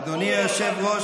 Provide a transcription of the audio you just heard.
עבאס אתה מבאס.